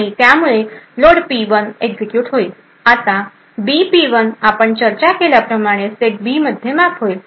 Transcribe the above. आणि त्यामुळे load P one execute होईल आता बी पी 1 आपण चर्चा केल्याप्रमाणे सेट बी मध्ये मॅप होईल